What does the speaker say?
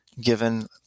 given